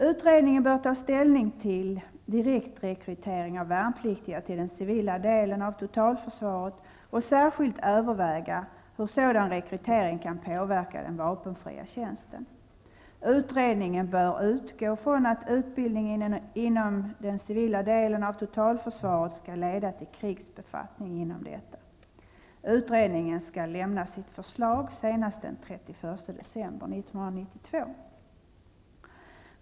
Utredningen bör ta ställning till direktrekrytering av värnpliktiga till den civila delen av totalförsvaret och särskilt överväga hur sådan rekrytering kan påverka den vapenfria tjänsten. Utredningen bör utgå från att utbildningen inom den civila delen av totalförsvaret skall leda till krigsbefattning inom detta. Utredningen skall lämna sitt förslag senast den 31 december 1992.